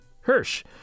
Hirsch